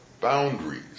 boundaries